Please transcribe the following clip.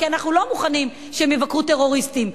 כי אנחנו לא מוכנים שהם יבקרו טרוריסטים.